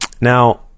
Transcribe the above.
now